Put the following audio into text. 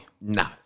No